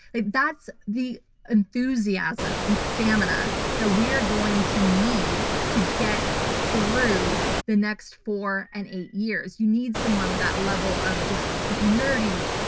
that's the enthusiasm and stamina that we're going to need to get through the next four and eight years. you need someone with that level of just nerdy,